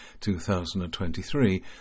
2023